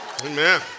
Amen